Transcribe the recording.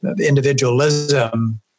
individualism